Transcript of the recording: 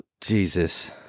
Jesus